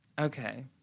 Okay